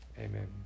Amen